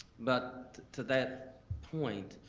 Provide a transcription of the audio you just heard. but to that point,